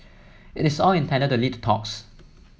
it's all intended to lead to talks